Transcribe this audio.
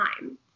time